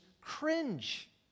cringe